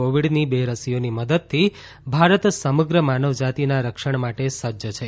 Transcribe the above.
કોવિડની બે રસીઓની મદદથી ભારત સમગ્ર માનવજાતીના રક્ષણ માટે સજજ છે